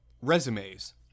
resumes